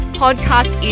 podcast